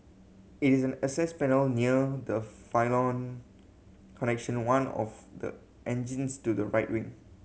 it is an access panel near the pylon connecting one of the engines to the right wing